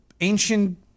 ancient